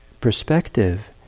perspective